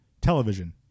television